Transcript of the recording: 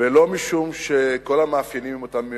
ולא משום שכל המאפיינים הם אותם מאפיינים.